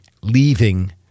leaving